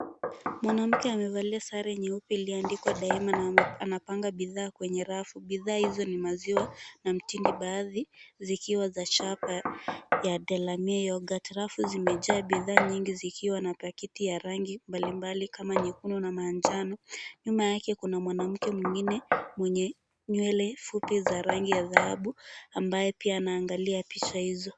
Mwanamke amevalia sare nyeupe iliyoandikwa Daima na anapanga bidhaa kwenye rafu. Bidhaa hizo ni maziwa na mtindi. Baadhi zikiwa za chapa ya Delamere Yoghurt. Rafu zimejaa bidhaa nyingi zikiwa na pakiti ya rangi mbalimbali kama nyekundu na manjano. Nyuma yake kuna mwanamke mwingine mwenye nywele fupi za rangi ya dhahabu ambaye pia anaangalia picha hizo.